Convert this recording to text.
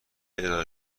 ارائه